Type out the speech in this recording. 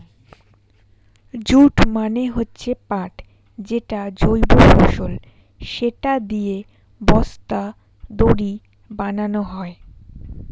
jute মানে হচ্ছে পাট যেটা জৈব ফসল, সেটা দিয়ে বস্তা, দড়ি বানানো হয়